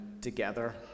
together